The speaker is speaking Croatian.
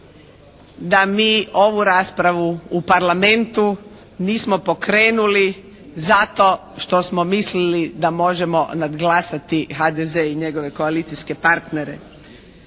da mi ovu raspravu u Parlamentu nismo pokrenuli zato što smo mislili da možemo nadglasati HDZ i njegove koalicijske partnere.